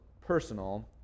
personal